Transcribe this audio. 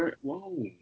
Whoa